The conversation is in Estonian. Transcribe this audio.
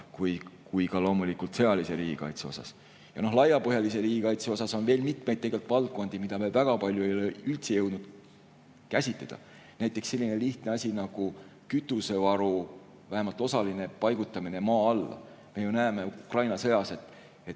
kui ka loomulikult sõjalise riigikaitse kohta. Laiapõhjalise riigikaitse puhul on veel mitmeid valdkondi, mida me väga palju ei ole üldse jõudnud käsitleda. Näiteks selline lihtne asi nagu kütusevaru vähemalt osaline paigutamine maa alla. Me ju näeme Ukraina sõjas, et